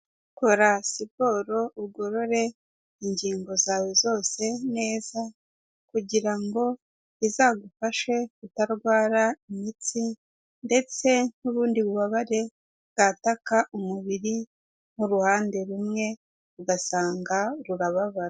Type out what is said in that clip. Kora siporo ugorore ingingo zawe zose neza, kugira ngo izagufashe kutarwara imitsi, ndetse n'ubundi bubabare bwataka umubiri nk'uruhande rumwe ugasanga rurababara.